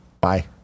bye